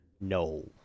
No